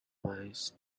minds